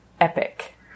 epic